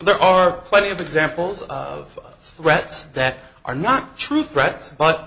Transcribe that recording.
there are plenty of examples of threats that are not true threats but